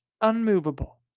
unmovable